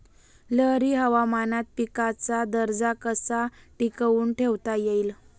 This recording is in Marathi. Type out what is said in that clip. लहरी हवामानात पिकाचा दर्जा कसा टिकवून ठेवता येईल?